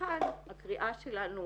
מכאן הקריאה שלנו,